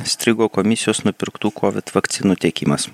strigo komisijos nupirktų kovid vakcinų tiekimas